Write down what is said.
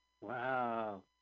Wow